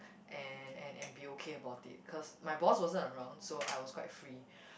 and and and be okay about it cause my boss wasn't around so I was quite free